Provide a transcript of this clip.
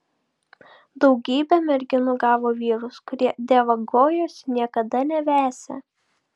daugybė merginų gavo vyrus kurie dievagojosi niekada nevesią